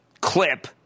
clip